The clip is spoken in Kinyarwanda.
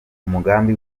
umugambi